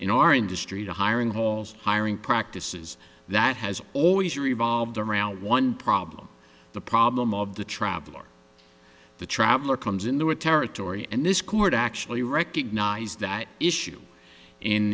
in our industry the hiring of hiring practices that has always revolved around one problem the problem of the traveler the traveler comes in the way territory and this court actually recognized that issue in